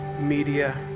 media